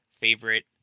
favorite